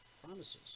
promises